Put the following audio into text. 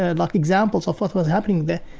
ah like, examples of what was happening there.